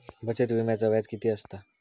बचत विम्याचा व्याज किती असता?